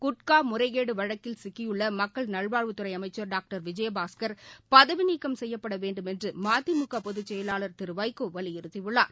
குட்காமுறைகேடுவழக்கில் சிக்கியுள்ளமக்கள் நல்வாழ்வுத்துறைஅமைச்ச் டாக்டர் விஜயபாஸ்கள் பதவிநீக்கம் செய்யப்படவேண்டுமென்றுமதிமுகபொதுச்செயலாளர் திருவைகோவலியுறுத்தியுள்ளார்